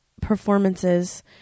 performances